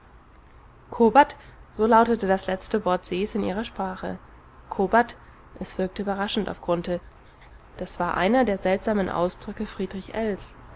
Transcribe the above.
so lautete das letzte wort ses in ihrer sprache ko bat es wirkte überraschend auf grunthe das war einer der seltsamen ausdrücke friedrich